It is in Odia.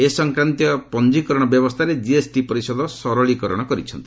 ଏ ସଂକ୍ରାନ୍ତୀୟ ପଞ୍ଜୀକରଣ ବ୍ୟବସ୍ଥାରେ କିଏସ୍ଟି ପରିଷଦ ସରଳୀକରଣ କରିଛନ୍ତି